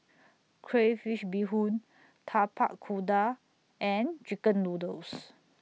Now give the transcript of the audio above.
Crayfish Beehoon Tapak Kuda and Chicken Noodles